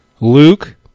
Luke